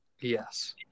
Yes